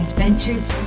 Adventures